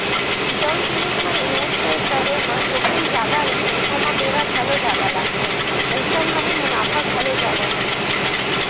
जउन जिनिस म निवेस के करे म जोखिम जादा रहिथे ओमा बेरा घलो जादा लगथे अइसन म ही मुनाफा घलो जादा होथे